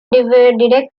derivative